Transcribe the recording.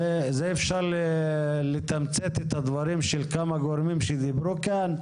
בזה אפשר לתמצת את הדברים של כמה גורמים שדיברו כאן,